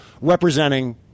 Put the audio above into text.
representing